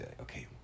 okay